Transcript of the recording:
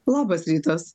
labas rytas